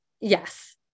yes